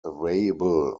available